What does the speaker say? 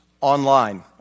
online